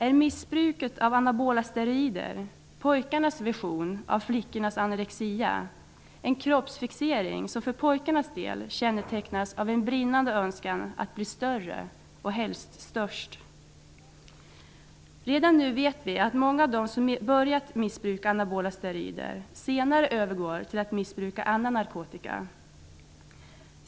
Är missbruket av anabola steroider pojkarnas version av flickornas anorexi -- en kroppsfixering som för pojkarnas del kännetecknas av en brinnande önskan att bli större, och helst störst? Redan nu vet vi att många av dem som börjat missbruka anabola steroider senare övergår till att missbruka annan narkotika.